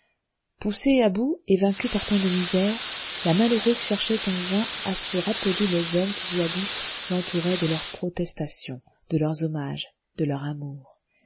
poussée à bout et vaincue par tant de misères la malheureuse cherchait en vain à se rappeler les hommes qui jadis l'entouraient de leurs protestations de leurs hommages de leur amour